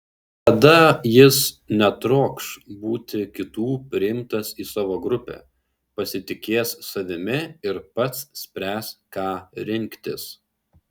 tada jis netrokš būti kitų priimtas į savo grupę pasitikės savimi ir pats spręs ką rinktis